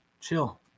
chill